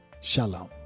Shalom